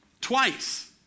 twice